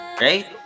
right